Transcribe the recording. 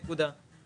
נקודה.